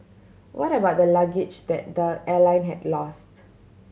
what about the luggage that the airline had lost